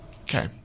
Okay